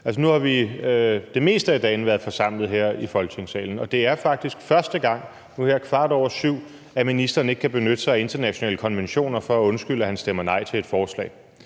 Nu har vi det meste af dagen været forsamlet her i Folketingssalen, og det er faktisk første gang, nu her kvart over syv, at ministeren ikke kan benytte sig af internationale konventioner for at undskylde, at man stemmer nej til et forslag,